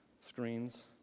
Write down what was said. screens